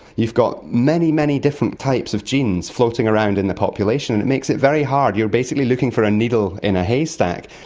you've got many, many different types of genes floating around in the population, it makes it very hard, you're basically looking for a needle in a haystack.